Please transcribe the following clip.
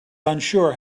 unsure